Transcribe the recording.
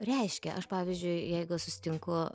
reiškia aš pavyzdžiui jeigu susitinku